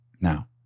Now